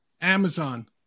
Amazon